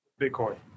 Bitcoin